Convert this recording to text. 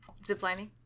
Ziplining